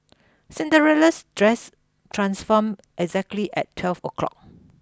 Cinderella's dress transformed exactly at twelve o'clock